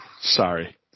Sorry